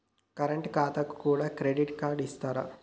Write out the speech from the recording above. Current ఖాతాకు కూడా credit card ఇత్తరా?